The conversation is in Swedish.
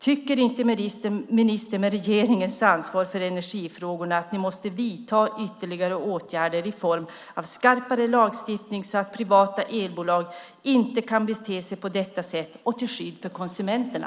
Tycker inte ministern med regeringens ansvar för energifrågorna att ni måste vidta ytterligare åtgärder i form av skarpare lagstiftning så att privata elbolag inte kan bete sig på detta sätt och till skydd för konsumenterna?